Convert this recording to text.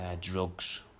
drugs